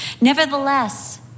Nevertheless